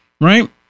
Right